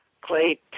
Clay